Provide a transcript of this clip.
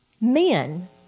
Men